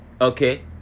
okay